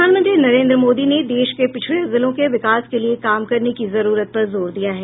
प्रधानमंत्री नरेंद्र मोदी ने देश के पिछड़े जिलों के विकास के लिये काम करने की जरूरत पर जोर दिया है